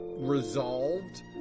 Resolved